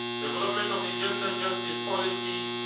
development of the gender justice policy,